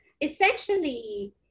essentially